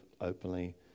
openly